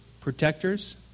protectors